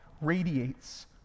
radiates